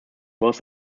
was